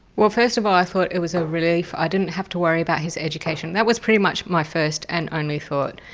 well first of all i thought it was a relief, i didn't have to worry about his education, that was pretty much my first and only thought.